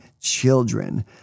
children